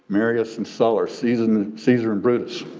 marius and sulla, caesar and caesar and brutus.